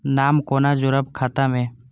नाम कोना जोरब खाता मे